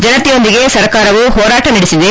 ಜನತೆಯೊಂದಿಗೆ ಸರ್ಕಾರವು ಹೋರಾಟ ನಡೆಸಿದೆ